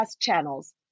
channels